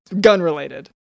gun-related